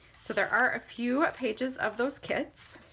so there are a few pages of those kits